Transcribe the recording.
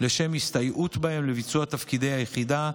לשם הסתייעות בהם לביצוע תפקידי היחידה,